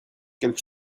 quelque